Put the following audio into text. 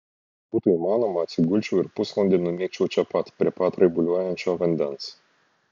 jei tik būtų įmanoma atsigulčiau ir pusvalandį numigčiau čia pat prie pat raibuliuojančio vandens